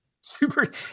Super